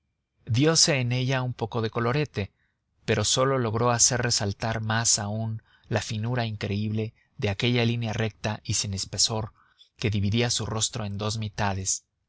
diose en ella un poco de colorete pero sólo logró hacer resaltar más aun finura increíble de aquella línea recta y sin espesor que dividía su rostro en dos mitades